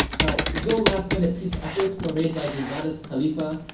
now, though last-minute peace efforts were made by the mahdist khalifa,